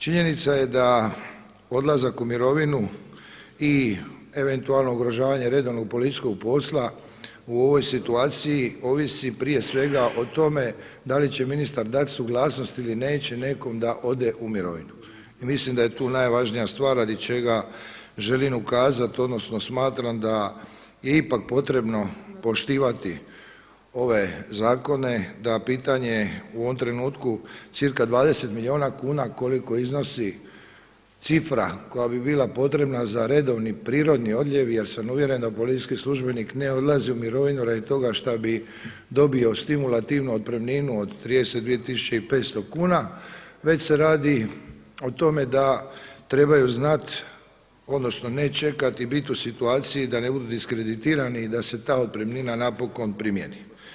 Činjenica je da odlazak u mirovinu i eventualno ugrožavanje redovnog policijskog posla u ovoj situaciji ovisi prije svega o tome da li će ministar dati suglasnost ili neće nekom da ode u mirovinu i mislim da je tu najvažnija stvar radi čega želim ukazati odnosno smatram da je ipak potrebno poštivati ove zakone, da pitanje u ovom trenutku cca 20 milijuna kuna koliko iznosi cifra koja bi bila potrebna za redovni prirodni odljev jer sam uvjeren da policijski službenik ne odlazi u mirovinu radi toga što bi dobio stimulativnu otpremninu od 32 tisuće i 500 kuna, već se radi o tome da trebaju znati odnosno ne čekati i biti u situaciji da ne budu diskreditirani i da se ta otpremnina napokon primjeni.